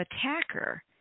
attacker